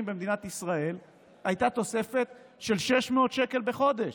במדינת ישראל הייתה תוספת של 600 שקל בחודש.